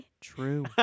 true